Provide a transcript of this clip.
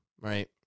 right